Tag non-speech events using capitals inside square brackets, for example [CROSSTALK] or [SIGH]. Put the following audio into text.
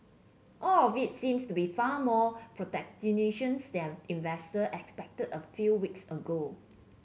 all of it seems to be far more [UNINTELLIGIBLE] than investor expected a few weeks ago